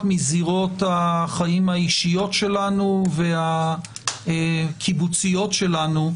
מזירות החיים האישיות שלנו והקיבוציות שלנו,